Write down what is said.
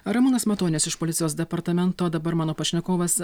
ramūnas matonis iš policijos departamento dabar mano pašnekovas